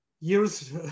years